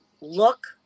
look